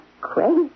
crazy